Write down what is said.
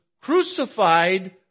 crucified